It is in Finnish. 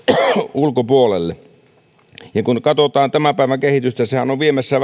ulkopuolelle ja kun katsotaan tämän päivän kehitystä sehän on viemässä